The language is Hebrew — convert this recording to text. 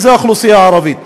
האוכלוסייה הערבית.